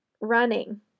Running